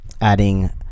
adding